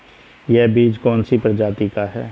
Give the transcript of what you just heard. यह बीज कौन सी प्रजाति का है?